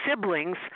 siblings